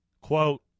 Quote